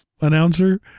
announcer